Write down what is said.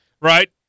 Right